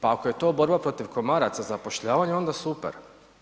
Pa ako je to borba protiv komaraca zapošljavanje onda super.